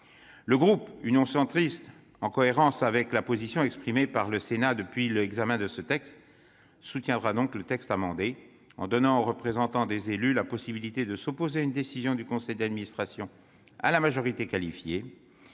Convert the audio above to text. Le groupe Union Centriste, en cohérence avec la position exprimée par le Sénat depuis le début de l'examen de la proposition de loi, soutiendra donc le texte ainsi amendé. En donnant aux représentants des élus la possibilité de s'opposer à une décision du conseil d'administration à la majorité qualifiée,